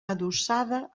adossada